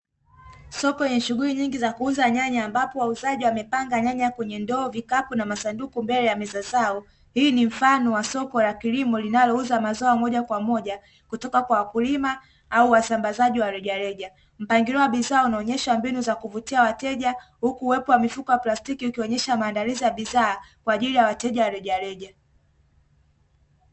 Soko ya shughuli nyingi za kuuza nyanya ambapo wauzaji wamepanga nyanya kwenye ndoo vikapu na masanduku mbele ya meza zao, hii ni mfano wa soko la kilimo linalo uza mazao moja kwa moja kutoka kwa wakulima au wasambazaji wa rejareja ,mpangilio wa bidhaa unaonyesha mbinu za kuvutia wateja huku wepo wa mifupa wa plastiki ukionyesha maandalizi ya bidhaa kwa ajili ya wateja rejareja.